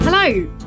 Hello